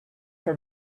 for